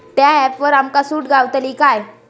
त्या ऍपवर आमका सूट गावतली काय?